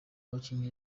abakinnyi